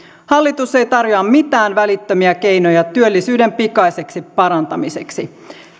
hallitus ei tarjoa mitään välittömiä keinoja työllisyyden pikaiseksi parantamiseksi